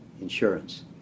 insurance